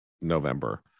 November